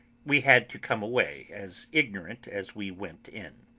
we had to come away as ignorant as we went in.